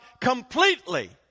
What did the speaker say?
completely